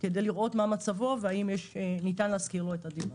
כדי לראות מה מצבו והאם ניתן להשכיר לו את הדירה.